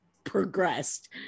progressed